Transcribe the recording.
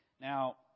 Now